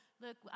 look